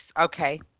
okay